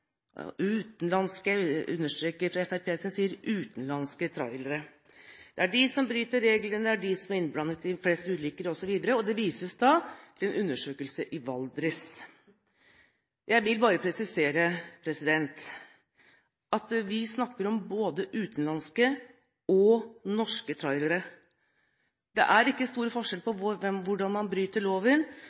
utenlandske trailere. Det er de som bryter reglene, det er de som er innblandet i flest ulykker osv., og det vises til en undersøkelse i Valdres. Jeg vil bare presisere at vi snakker om både utenlandske og norske trailere. Det er ikke stor forskjell på hvordan man bryter loven,